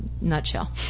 nutshell